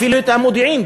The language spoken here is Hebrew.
אפילו במודיעין,